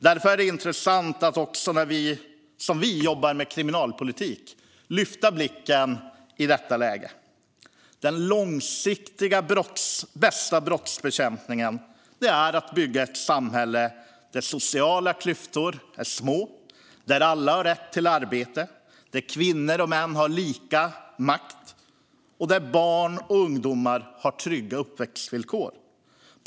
Därför är det intressant att också när man som vi jobbar med kriminalpolitik lyfta blicken i detta läge. Den långsiktigt bästa brottsbekämpningen är att bygga ett samhälle där de sociala klyftorna är små, där alla har rätt till arbete, där kvinnor och män har lika mycket makt och där barn och ungdomar har trygga uppväxtvillkor.